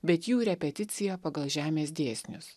bet jų repeticija pagal žemės dėsnius